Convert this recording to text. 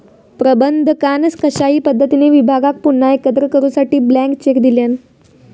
प्रबंधकान कशाही पद्धतीने विभागाक पुन्हा एकत्र करूसाठी ब्लँक चेक दिल्यान